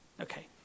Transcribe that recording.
Okay